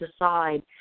decide